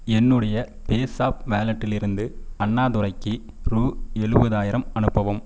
என்னுடைய பேஸாப் வாலட்டிலிருந்து அண்ணாதுரைக்கு ரூ எழுபதாயிரம் அனுப்பவும்